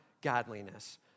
godliness